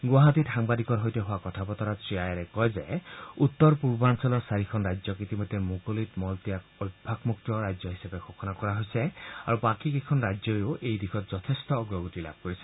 গুৱাহাটীত সাংবাদিকৰ সৈতে হোৱা কথা বতৰাত শ্ৰীআয়াৰে কয় যে উত্তৰ পূৰ্বাঞ্চলৰ চাৰিখন ৰাজ্যক ইতিমধ্যে মুকলিত মল ত্যাগমুক্ত ৰাজ্য হিচাপে ঘোষণা কৰা হৈছে আৰু বাকী কেইখন ৰাজ্যয়ো এই দিশত যথেষ্ঠ অগ্ৰগতি লাভ কৰিছে